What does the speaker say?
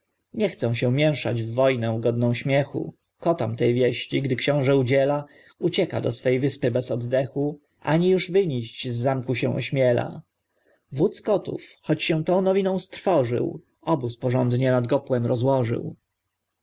nie chcą się mięszać w wojnę godną śmiechu kotom tej wieści gdy xiążę udziela ucieka do swej wyspy bez oddechu ani już wynijść z zamku się ośmiela wódz kotów choć się tą nowiną strwożył obóz porządnie nad gopłem rozłożył